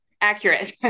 Accurate